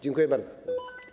Dziękuję bardzo.